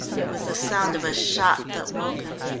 it was the sound of a shot that woke him.